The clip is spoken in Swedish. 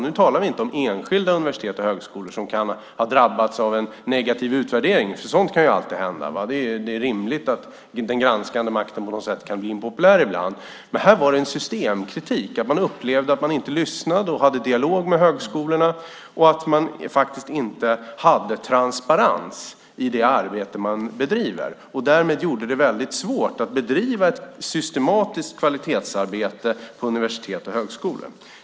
Nu talar vi inte om enskilda universitet och högskolor som kan ha drabbats av en negativ utvärdering. Sådant kan ju alltid hända. Det är rimligt att den granskande makten kan bli impopulär ibland. Här var det dock en systemkritik. Man upplevde att Högskoleverket inte lyssnade och hade dialog med högskolorna och att verket inte hade transparens i det arbete det bedriver och därmed gjorde det svårt att bedriva ett systematiskt kvalitetsarbete på universitet och högskolor.